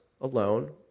alone